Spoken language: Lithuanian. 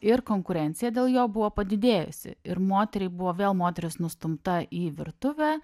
ir konkurencija dėl jo buvo padidėjusi ir moteriai buvo vėl moteris nustumta į virtuvę